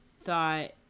thought